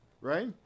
right